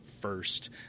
first